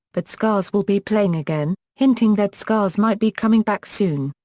but scars will be playing again, hinting that scars might be coming back soon.